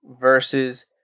versus